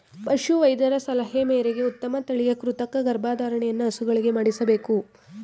ಪಶು ವೈದ್ಯರ ಸಲಹೆ ಮೇರೆಗೆ ಉತ್ತಮ ತಳಿಯ ಕೃತಕ ಗರ್ಭಧಾರಣೆಯನ್ನು ಹಸುಗಳಿಗೆ ಮಾಡಿಸಬೇಕು